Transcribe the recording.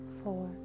four